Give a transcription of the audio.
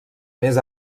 més